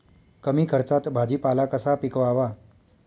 कमी खर्चात भाजीपाला कसा पिकवावा?